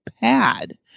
pad